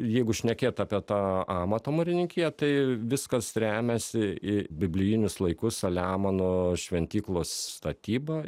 jeigu šnekėt apie tą amato mūrininkiją tai viskas remiasi į biblijinius laikus saliamono šventyklos statybą